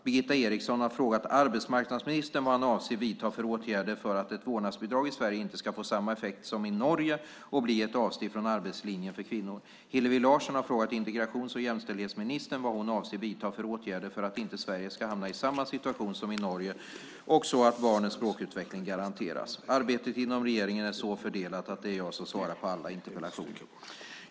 Birgitta Eriksson har frågat arbetsmarknadsministern vad han avser att vidta för åtgärder för att ett vårdnadsbidrag i Sverige inte ska få samma effekt som i Norge och bli ett avsteg från arbetslinjen för kvinnor. Hillevi Larsson har frågat integrations och jämställdhetsministern vad hon avser att vidta för åtgärder för att inte Sverige ska hamna i samma situation som i Norge och så att barnens språkutveckling garanteras. Arbetet inom regeringen är så fördelat att det är jag som svarar på alla interpellationerna.